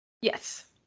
Yes